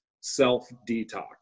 self-detox